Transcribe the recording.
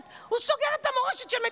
מסוגל.